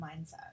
mindset